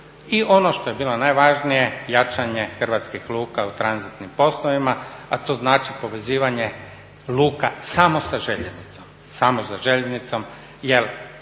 I ono što je bilo najvažnije jačanje hrvatskih luka u tranzitnim poslovima a to znači povezivanje luka samo sa željeznicom.